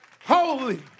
holy